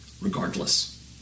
regardless